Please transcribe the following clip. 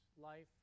life